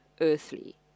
earthly